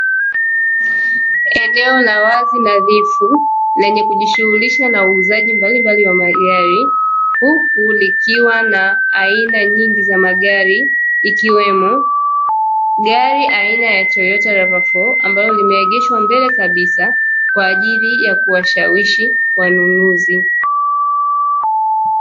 Eneo la wazi, nadhifu, lenye kujishughulisha na uuzaji mbalimbali wa magari, huku likiwa na aina nyingi za magari, ikiwemo gari aina ya "Toyota RAV4", ambalo limeageshwa mbele kabisa kwa ajili ya kuwashawishi wanunuzi.